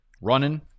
running